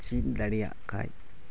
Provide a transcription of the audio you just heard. ᱪᱤᱫ ᱫᱟᱲᱮᱭᱟᱜ ᱠᱷᱟᱡ